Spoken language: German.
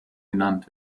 genannt